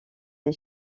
des